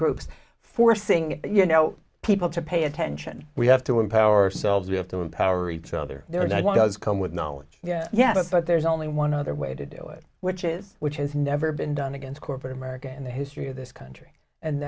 groups forcing you know people to pay attention we have to empower ourselves we have to empower each other there that one does come with knowledge yeah yeah but there's only one other way to do it which is which has never been done against corporate america in the history of this country and